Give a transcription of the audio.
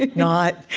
not,